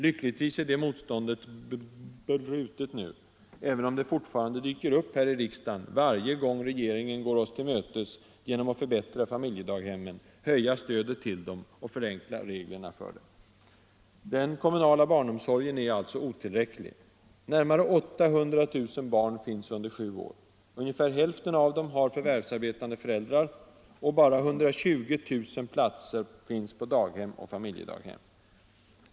Lyckligtvis är det motståndet brutet nu, även om det fortfarande dyker upp här i riksdagen varje gång regeringen går oss till mötes genom att förbättra familjedaghemmen, höja stödet till dem och förenkla reglerna. Den kommunala barnomsorgen är alltså otillräcklig. Det finns närmare 800 000 barn under sju år. Ungefär hälften av dem har förvärvsarbetande föräldrar, och bara 120 000 platser finns på daghem och familjedaghem.